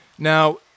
Now